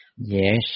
Yes